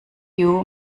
you